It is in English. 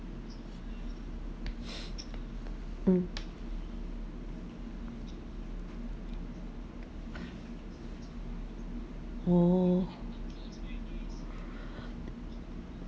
mm oh